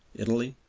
italy,